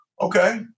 okay